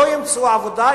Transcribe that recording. לא ימצאו עבודה,